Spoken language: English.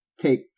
take